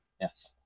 Yes